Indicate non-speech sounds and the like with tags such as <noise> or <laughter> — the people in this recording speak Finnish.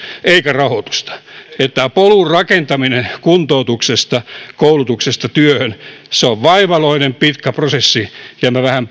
eikä rahoitusta polun rakentaminen kuntoutuksesta koulutuksesta työhön on vaivalloinen pitkä prosessi ja minä vähän <unintelligible>